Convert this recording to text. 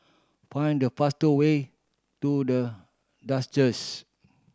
find the fast way to The